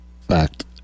fact